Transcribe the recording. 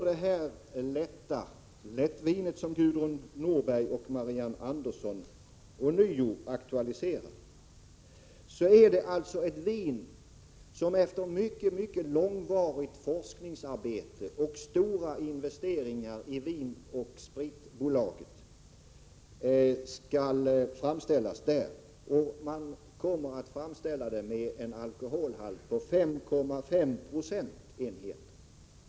Det lätta lättvin som Gudrun Norberg och Marianne Andersson aktualiserar är ett vin som Vin & Spritcentralen efter ett långvarigt forskningsarbete och stora investeringar nu skall framställa. Alkoholstyrkan kommer att bli 5,5 volymprocent.